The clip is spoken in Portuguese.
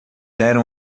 eram